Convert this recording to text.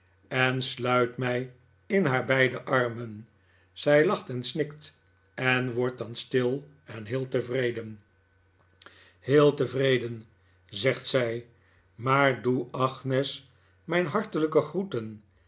en sluit mij in haar beide armen zij lacht en snikt en wordt dan stil en heel tevreden heel tevreden zegt zij maar doe agnes mijn hartelijke groeten